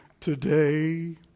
today